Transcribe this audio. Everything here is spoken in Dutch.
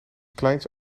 kleins